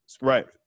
Right